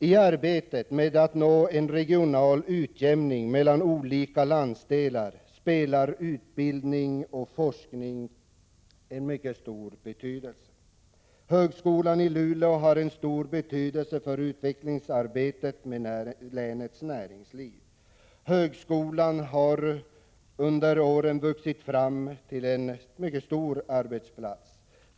I arbetet med att nå en regional utjämning mellan olika landsdelar spelar utbildning och forskning en mycket stor roll. Högskolan i Luleå har stor betydelse för utvecklingsarbetet inom länets näringsliv. Högskolan har under åren vuxit till en mycket stor arbetsplats.